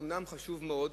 אומנם הוא חשוב מאוד,